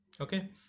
okay